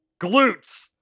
glutes